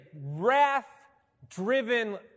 wrath-driven